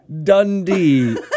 Dundee